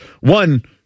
one